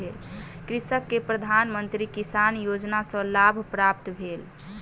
कृषक के प्रधान मंत्री किसान योजना सॅ लाभ प्राप्त भेल